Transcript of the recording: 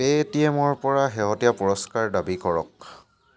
পে'টিএমৰ পৰা শেহতীয়া পুৰস্কাৰ দাবী কৰক